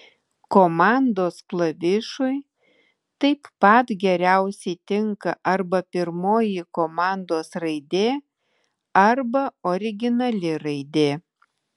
komandos klavišui taip pat geriausiai tinka arba pirmoji komandos raidė arba originali raidė